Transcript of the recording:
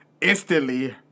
instantly